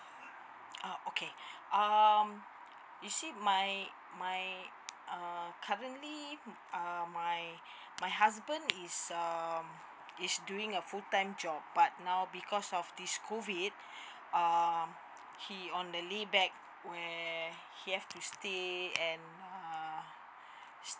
ah okay um you see my my uh currently uh my my husband is um is doing a full time job but now because of this COVID um he on the leave back where he has to stay uh